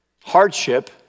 hardship